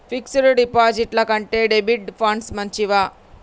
Fix డ్ డిపాజిట్ల కంటే డెబిట్ ఫండ్స్ మంచివా?